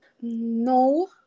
No